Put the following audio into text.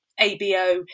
abo